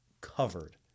covered